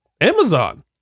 Amazon